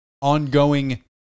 ongoing